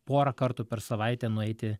porą kartų per savaitę nueiti